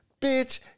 bitch